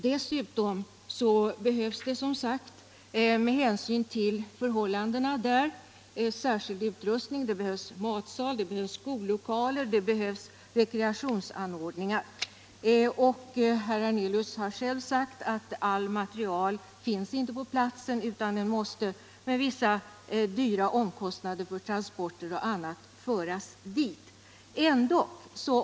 Det behövs, som sagt, med hänsyn verksamheten där särskild utrustning. Det behövs matsal, skollokaler, rekreationsanordningar. Herr Hernelius har själv sagt att allt material inte finns på platsen utan att material måste, med vissa dyra omkostnader för transporter och annat, föras dit.